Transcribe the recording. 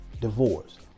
divorce